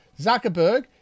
Zuckerberg